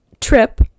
trip